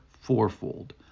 fourfold